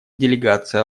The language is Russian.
делегации